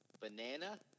banana